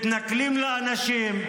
מתנכלים לאנשים.